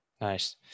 Nice